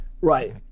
Right